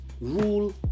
rule